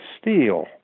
Steel